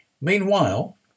Meanwhile